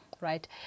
right